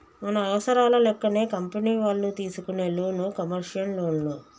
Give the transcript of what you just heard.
మన అవసరాల లెక్కనే కంపెనీ వాళ్ళు తీసుకునే లోను కమర్షియల్ లోన్లు